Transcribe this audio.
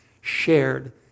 shared